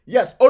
Yes